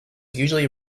usually